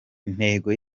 intego